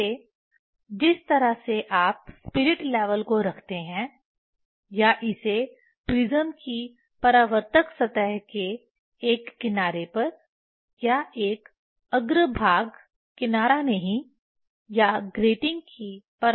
फिर से जिस तरह से आप स्पिरिट लेवल को रखते हैं या इसे प्रिज्म की परावर्तक सतह के एक किनारे पर या एक अग्र भाग किनारा नहीं या ग्रेटिंग की परावर्तक सतह है